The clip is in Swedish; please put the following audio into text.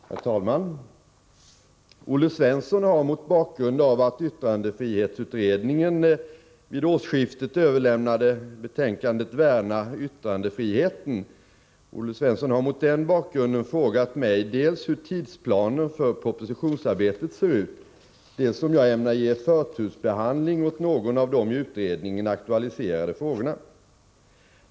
Herr talman! Olle Svensson har — mot bakgrund av att yttrandefrihetsutredningen vid årsskiftet 1983-1984 överlämnade betänkandet Värna yttrandefriheten — frågat mig dels hur tidsplanen för propositionsarbetet ser ut, dels om jag ämnar ge förtursbehandling åt någon av de i utredningen aktuella frågorna.